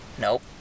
Nope